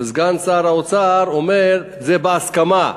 וסגן שר האוצר אומר: זה בהסכמה.